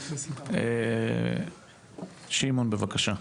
שמעון, בבקשה.